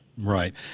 Right